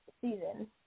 season